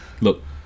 Look